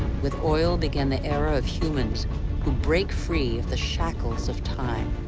with oil began the era of humans who break free of the shackles of time.